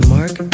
Mark